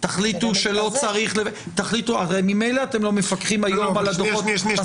תחליטו שלא צריך --- הרי ממילא אתם לא מפקחים היום על הדוחות.